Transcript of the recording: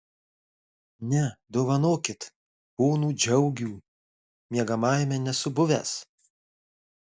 ne dovanokit ponų džiaugių miegamajame nesu buvęs